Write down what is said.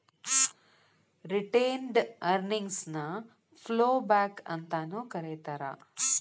retained earnings ನ flowback ಅಂತಾನೂ ಕರೇತಾರ